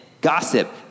Gossip